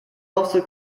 also